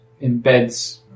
embeds